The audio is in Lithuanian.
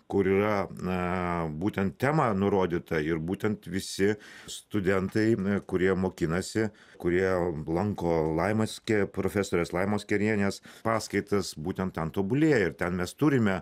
kur yra na būtent tema nurodyta ir būtent visi studentai kurie mokinasi kurie lanko laimos ke profesorės laimos kėrienės paskaitas būtent ten tobulėja ir ten mes turime